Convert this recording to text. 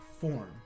form